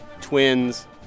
twins